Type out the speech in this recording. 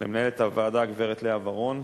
למנהלת הוועדה, גברת לאה ורון,